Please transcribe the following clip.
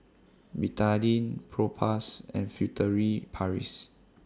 Betadine Propass and Furtere Paris